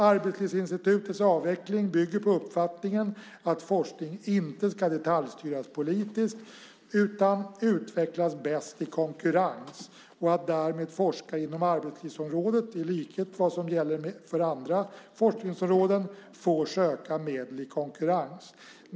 Arbetslivsinstitutets avveckling bygger på uppfattningen att forskning inte ska detaljstyras politiskt utan utvecklas bäst i konkurrens, och att därmed forskare inom arbetslivsområdet, i likhet med vad som gäller för andra forskningsområden, får söka medel i konkurrens.